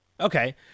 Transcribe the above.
Okay